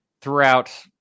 throughout